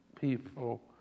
people